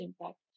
impact